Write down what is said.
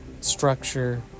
structure